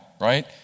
right